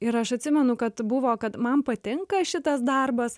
ir aš atsimenu kad buvo kad man patinka šitas darbas